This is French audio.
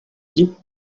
dit